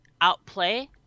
outplay